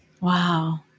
Wow